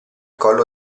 collo